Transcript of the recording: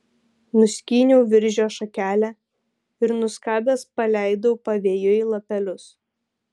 nuskyniau viržio šakelę ir nuskabęs paleidau pavėjui lapelius